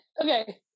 Okay